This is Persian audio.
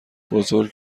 بزرگ